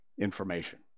information